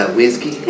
Whiskey